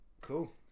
Cool